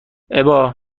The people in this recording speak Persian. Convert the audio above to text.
ابا